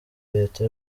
leta